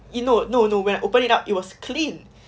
no no no I open it up it was clean